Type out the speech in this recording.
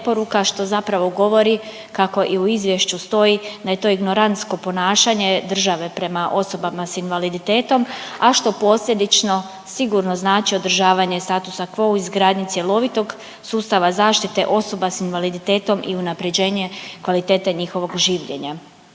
što zapravo govori kako i u izvješću stoji da je to ignorantsko ponašanje države prema osobama s invaliditetom, a što posljedično sigurno znači održavanje statuta quo u izgradnji cjelovitog sustava zaštite osoba s invaliditetom i unapređenje kvalitete njihovog življenja.